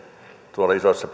tuolla isossa